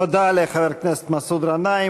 תודה לחבר הכנסת מסעוד גנאים.